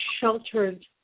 sheltered